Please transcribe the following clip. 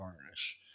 varnish